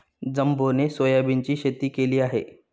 जंबोने सोयाबीनची शेती केली आहे